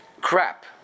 crap